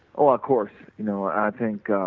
um ah course, you know, i think,